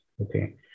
Okay